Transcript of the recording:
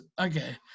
okay